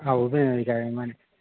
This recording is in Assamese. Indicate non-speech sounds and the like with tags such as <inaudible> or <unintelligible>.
<unintelligible> বিচাৰে মানে